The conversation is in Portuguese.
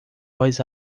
voz